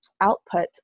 output